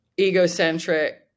egocentric